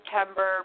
September